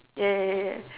ya ya ya ya